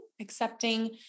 accepting